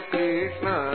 Krishna